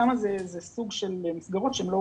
שם זה סוג של מסגרות שהן לא